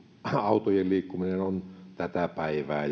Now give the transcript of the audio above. autojen liikkuminen sähköavusteisesti on tätä päivää